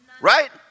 right